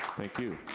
thank you.